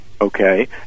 okay